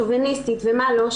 שוביניסטית ומה לא,